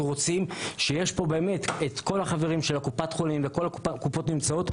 יש פה את כל החברים של קופת החולים וכל הקופות נמצאות,